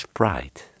pride